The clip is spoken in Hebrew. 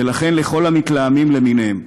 ולכן, לכל המתלהמים למיניהם,